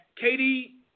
Katie